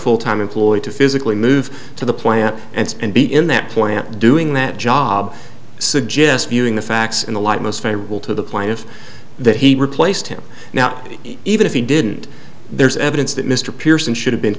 full time employee to physically move to the plant and and be in that plant doing that job suggest viewing the facts in the light most favorable to the plaintiff that he replaced him now even if he didn't there is evidence that mr pierson should have been